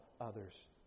others